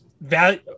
value